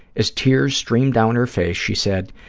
as tears streamed down her face, she said,